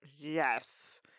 Yes